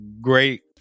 great